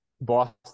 Boston